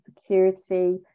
security